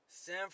San